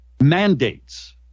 Mandates